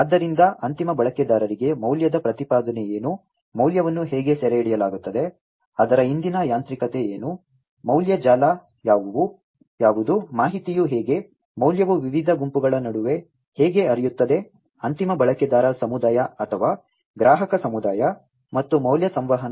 ಆದ್ದರಿಂದ ಅಂತಿಮ ಬಳಕೆದಾರರಿಗೆ ಮೌಲ್ಯದ ಪ್ರತಿಪಾದನೆ ಏನು ಮೌಲ್ಯವನ್ನು ಹೇಗೆ ಸೆರೆಹಿಡಿಯಲಾಗುತ್ತದೆ ಅದರ ಹಿಂದಿನ ಯಾಂತ್ರಿಕತೆ ಏನು ಮೌಲ್ಯ ಜಾಲ ಯಾವುದು ಮಾಹಿತಿಯು ಹೇಗೆ ಮೌಲ್ಯವು ವಿವಿಧ ಗುಂಪುಗಳ ನಡುವೆ ಹೇಗೆ ಹರಿಯುತ್ತದೆ ಅಂತಿಮ ಬಳಕೆದಾರ ಸಮುದಾಯ ಅಥವಾ ಗ್ರಾಹಕ ಸಮುದಾಯ ಮತ್ತು ಮೌಲ್ಯ ಸಂವಹನ